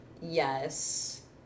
Yes